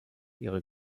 ihre